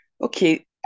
Okay